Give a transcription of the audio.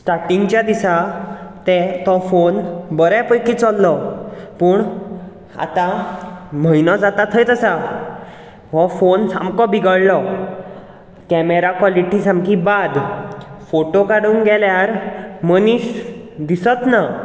स्टाटिंगच्या दिसा ते तो फोन बऱ्या पैकी चल्लो पूण आतां म्हयनो जाता थंयत आसा हो फोन सामको बिगडलो कॅमेरा क्वॉलिटी सामकी बाद फोटो काडूंक गेल्यार मनीस दिसच ना